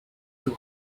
two